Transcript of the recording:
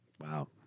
Wow